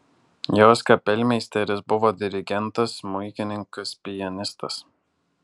jos kapelmeisteris buvo dirigentas smuikininkas pianistas